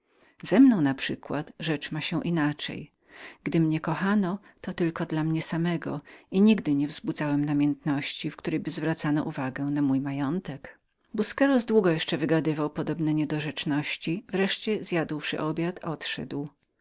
ze mną naprzykład rzecz ma się inaczej gdy mnie kochają to tylko dla mnie i nigdy nie wzbudziłem namiętności w której by uważano za coś mój majątek busqueros długo jeszcze wygadywał podobne niedorzeczności wreszcie zjadłszy obiad odszedł